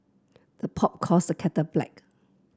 the pot calls the kettle black